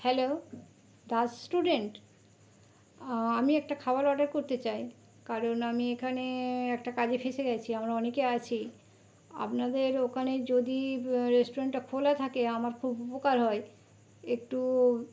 hello Das restaurant আমি একটা খাবার অর্ডার করতে চাই কারণ আমি এখানে একটা কাজে ফেঁসে গেছি আমরা অনেকে আছি আপনাদের ওখানে যদি রেস্টুরেন্টটা খোলা থাকে আমার খুব উপকার হয় একটু